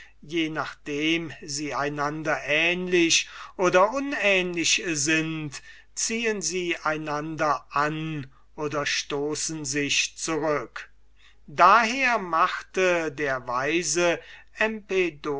je nachdem sie einan der ähnlich oder unähnlich sind ziehen sie einander an oder stoßen sich zurücke daher machte der weise